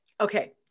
okay